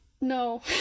no